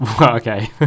Okay